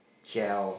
gel